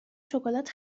شکلات